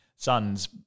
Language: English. Sons